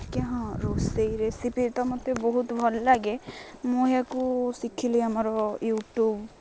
ଆଜ୍ଞା ହଁ ରୋଷେଇ ରେସିପି ତ ମୋତେ ବହୁତ ଭଲ ଲାଗେ ମୁଁ ଏହାକୁ ଶିଖିଲି ଆମର ୟୁଟ୍ୟୁବ୍